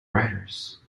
writers